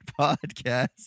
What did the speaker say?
podcast